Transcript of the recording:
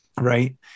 Right